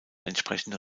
entsprechende